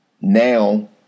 now